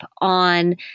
on